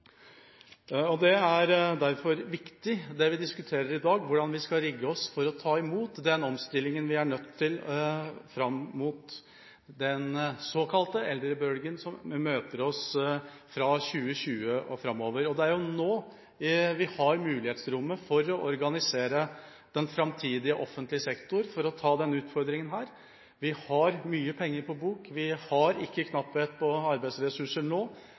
Derfor er det vi diskuterer i dag, viktig – hvordan vi skal rigge oss for å ta imot den omstillingen vi er nødt til fram mot den såkalte eldrebølgen som møter oss fra 2020 og framover. Det er nå vi har mulighetsrommet for å organisere den framtidige offentlige sektor for å ta denne utfordringa. Vi har mye penger på bok, vi har ikke knapphet på arbeidsressurser nå,